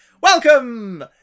Welcome